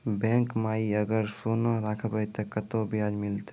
Bank माई अगर सोना राखबै ते कतो ब्याज मिलाते?